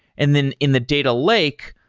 and then in the data lake,